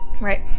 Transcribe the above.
right